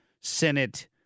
Senate